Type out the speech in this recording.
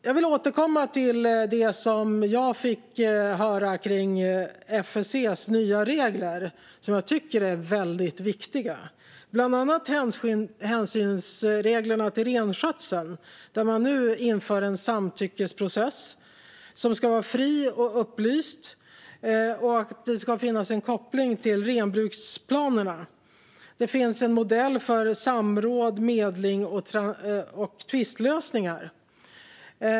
Jag vill återkomma till det som jag fick höra om FSC:s nya regler som jag tycker är väldigt viktiga, bland annat hänsynsreglerna gällande renskötseln. Där inför man nu en samtyckesprocess som ska vara fri och upplyst, och det ska finnas en koppling till renbruksplanerna. Det finns en modell för samråd, medling och tvistlösningar.